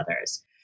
others